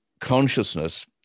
consciousness